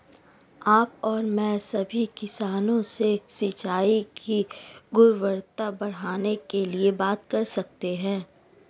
आप और मैं सभी किसानों से सिंचाई की गुणवत्ता बढ़ाने के लिए बात कर सकते हैं